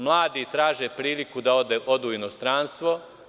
Mladi traže priliku da odu u inostranstvo.